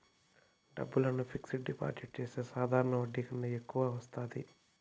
డబ్బులను fixed deposit చేస్తే సాధారణ వడ్డీ కన్నా ఎక్కువ వత్తాది